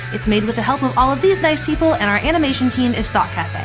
it's made with the help of all of these nice people and our animation team is thought cafe.